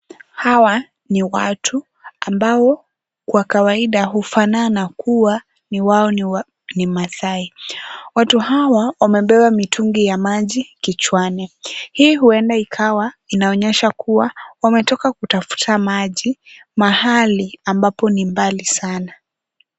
Hawa ni watu ambao kwa kawaida hufanana kuwa ni wao ni masai. Watu hawa wamebeba mitungi ya maji kichwani. Hii huenda ikawa inaonyesha kuwa wametoka kutafuta maji mahali ambapo ni mbali sana.